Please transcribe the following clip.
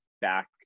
back